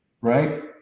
right